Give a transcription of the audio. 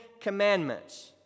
commandments